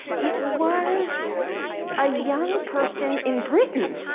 it was a young person in britain.